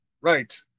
Right